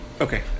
Okay